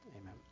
Amen